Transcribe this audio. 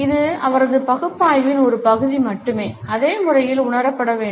இது அவரது பகுப்பாய்வின் ஒரு பகுதி மட்டுமே அதே முறையில் உணரப்பட வேண்டும்